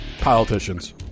politicians